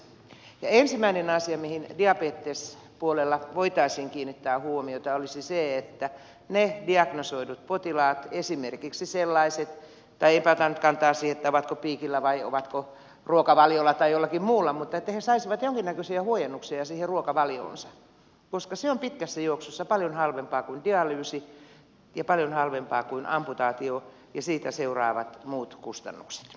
ja ensimmäinen asia mihin diabetespuolella voitaisiin kiinnittää huomiota olisi se että ne diagnosoidut potilaat enpä ota nyt kantaa siihen ovatko he piikillä vai ovatko ruokavaliolla vai jollakin muulla saisivat jonkinnäköisiä huojennuksia siihen ruokavalioonsa koska se on pitkässä juoksussa paljon halvempaa kuin dialyysi ja paljon halvempaa kuin amputaatio ja siitä seuraavat muut kustannukset